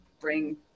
bring